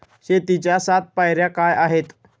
शेतीच्या सात पायऱ्या काय आहेत?